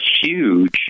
huge